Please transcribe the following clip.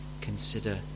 consider